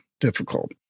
difficult